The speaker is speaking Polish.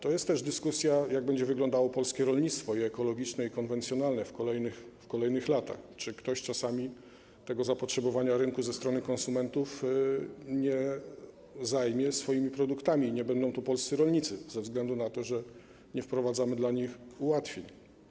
To jest też dyskusja o tym, jak będzie wyglądało polskie rolnictwo i ekologiczne, i konwencjonalne w kolejnych latach, czy czasami ktoś tego zapotrzebowania rynku ze strony konsumentów nie zaspokoi swoimi produktami i nie będą to polscy rolnicy - ze względu na to, że nie wprowadzamy dla nich ułatwień.